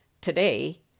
Today